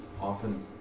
often